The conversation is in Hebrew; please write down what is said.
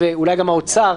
ואולי גם האוצר,